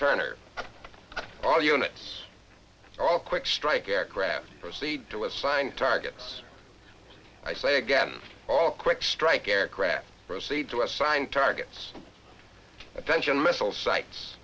turner all units all quick strike aircraft proceed to assign targets i say again all quick strike aircraft proceed to assign targets attention missile sites